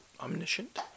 Omniscient